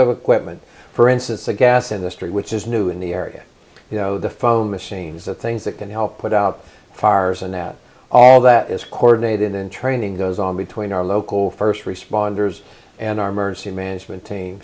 of equipment for instance a gas industry which is new in the area you know the phone machines and things that can help put out fires and that all that is coordinated and training goes on between our local first responders and our emergency management team